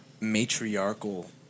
matriarchal